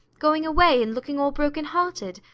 going away and looking all broken-hearted,